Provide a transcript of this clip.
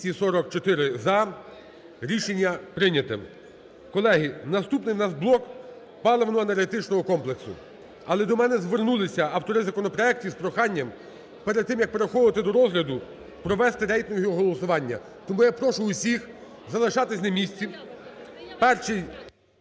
244 – за. Рішення прийняте. Колеги, наступний у нас блок паливно-енергетичного комплексу. Але до мене звернулися автори законопроекту з проханням, перед тим як переходити до розгляду, провести рейтингове голосування. Тому я прошу всіх залишатися на місці.